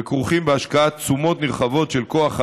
וכרוכים בהשקעת תשומות נרחבות של כוח אדם,